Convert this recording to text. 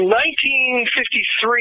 1953